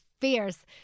fierce